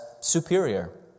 superior